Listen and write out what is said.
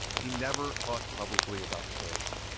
he never talked publicly about the case,